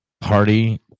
Party